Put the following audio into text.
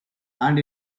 and